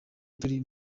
turi